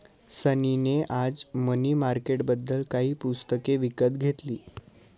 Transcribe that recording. सनी ने आज मनी मार्केटबद्दल काही पुस्तके विकत घेतली